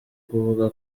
kuvuga